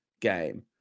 game